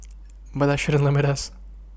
but that shouldn't limit us